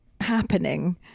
happening